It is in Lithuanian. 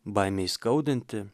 baimė įskaudinti